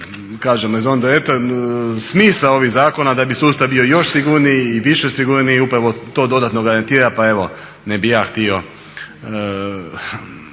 kažem … smisao ovih zakona da bi sustav bio još sigurniji i više sigurniji. Upravo to dodatno garantira pa evo ne bih ja htio